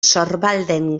sorbalden